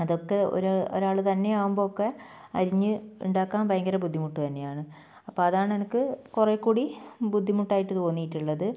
അതൊക്കെ ഒരു ഒരാൾ തന്നെയാവുമ്പോൾ ഒക്കെ അരിഞ്ഞ് ഉണ്ടാക്കാൻ ഭയങ്കര ബുദ്ധിമുട്ട് തന്നെയാണ് അപ്പോൾ അതാണ് എനിക്ക് കുറേ കൂടി ബുദ്ധിമുട്ടായിട്ട് തോന്നിയിട്ടുള്ളത്